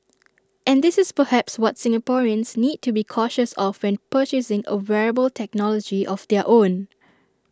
and this is perhaps what Singaporeans need to be cautious of when purchasing A wearable technology of their own